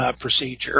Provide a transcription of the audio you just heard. procedure